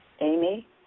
Amy